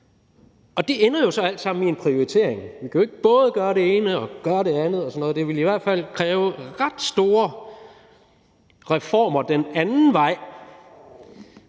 Det ender jo så alt sammen i en prioritering – vi kan jo ikke både gøre det ene og det andet. Det ville i hvert fald kræve ret store reformer den anden vej